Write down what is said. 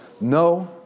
No